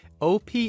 OP